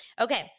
Okay